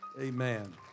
Amen